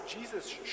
Jesus